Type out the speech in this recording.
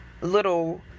little